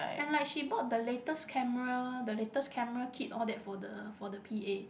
and like she bought the latest camera the latest camera kit all that for the for the P_A